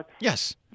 Yes